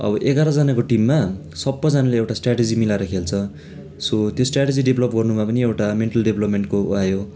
अब एघारजनाको टिममा सबैजनाले एउटा स्ट्राटिजी मिलाएर खेल्छ सो त्यो स्ट्राटिजी डेभलप गर्नुमा पनि एउटा मेन्टल डेपलपमेन्टको आयो